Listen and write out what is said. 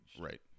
Right